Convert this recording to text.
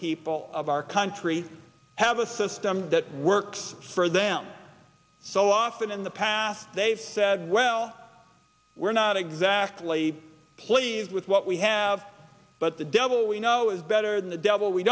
people of our country have a system that works for them so often in the past they've said well we're not exactly pleased with what we have but the devil we know is better than the devil we